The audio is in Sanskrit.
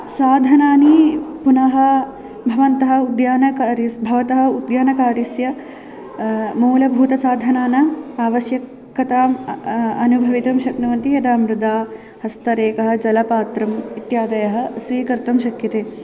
साधनानि पुनः भवन्तः उद्यानकारी भवतः उद्यानकार्यस्य मूलभूतसाधनानाम् आवश्यकताम् अनुभवितुं शक्नुवन्ति यदा मृदा हस्तरेखाः जलपात्रम् इत्यादयः स्वीकर्तुं शक्यते